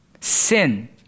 Sin